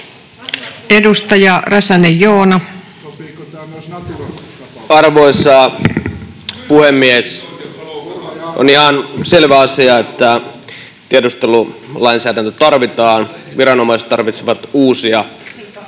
18:23 Content: Arvoisa puhemies! On ihan selvä asia, että tiedustelulainsäädäntö tarvitaan. Viranomaiset tarvitsevat uusia keinoja